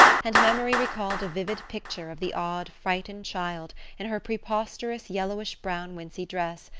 and memory recalled a vivid picture of the odd, frightened child in her preposterous yellowish-brown wincey dress,